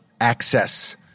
access